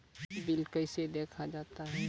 Bill कैसे देखा जाता हैं?